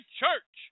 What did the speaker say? church